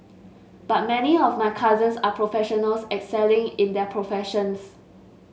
but many of my cousins are professionals excelling in their professions